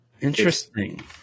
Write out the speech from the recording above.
Interesting